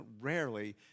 Rarely